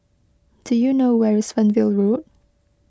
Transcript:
do you know where is Fernvale Road